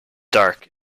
dark